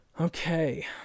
okay